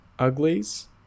uglies